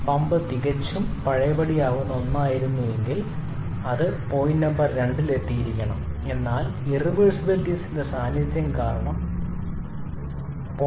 pump തികച്ചും പഴയപടിയാക്കാവുന്ന ഒന്നായിരുന്നുവെങ്കിൽ അത് പോയിന്റ് നമ്പർ 2 sൽ എത്തിയിരിക്കണം എന്നാൽ ഇർറിവേഴ്സിബിലിറ്റീസിന്റെ സാന്നിധ്യം കാരണം 0